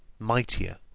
mightier.